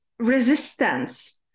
resistance